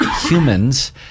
humans